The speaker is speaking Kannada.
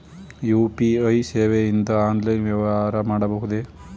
ಯು.ಪಿ.ಐ ಸೇವೆಯಿಂದ ಆನ್ಲೈನ್ ವ್ಯವಹಾರ ಮಾಡಬಹುದೇ?